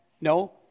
no